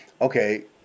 okay